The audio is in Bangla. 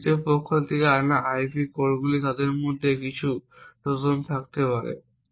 বা তৃতীয় পক্ষ থেকে আনা আইপি কোরগুলি তাদের মধ্যে কিছু ট্রোজান থাকতে পারে